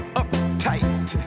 uptight